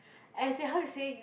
as in how you say you